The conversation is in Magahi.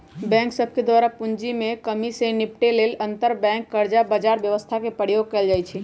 बैंक सभके द्वारा पूंजी में कम्मि से निपटे लेल अंतरबैंक कर्जा बजार व्यवस्था के प्रयोग कएल जाइ छइ